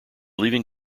leaving